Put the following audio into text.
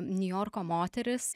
niujorko moterys